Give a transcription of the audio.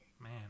Man